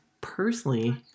personally